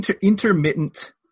intermittent